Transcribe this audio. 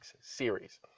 series